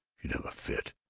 she'd have a fit.